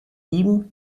ihm